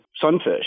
sunfish